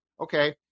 okay